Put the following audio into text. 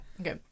okay